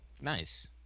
nice